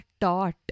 taught